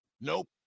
nope